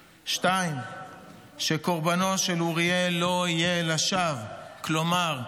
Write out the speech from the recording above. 2. שקורבנו של אוריאל לא יהיה לשווא, כלומר,